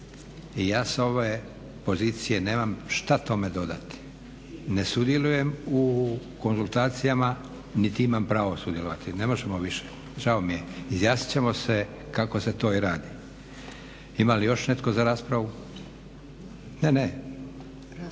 i ja s ove pozicije nemam šta tome dodati. Ne sudjelujem u konzultacijama, niti imam pravo sudjelovati. Ne možemo više, žao mi je. Izjasnit ćemo se kako se to i radi. Ima li još netko za raspravu? …